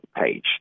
page